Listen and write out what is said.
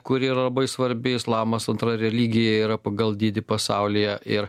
kuri yra labai svarbi islamas antra religija yra pagal dydį pasaulyje ir